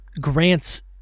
grants